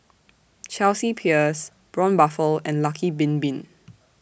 Chelsea Peers Braun Buffel and Lucky Bin Bin